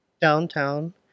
downtown